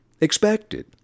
Expected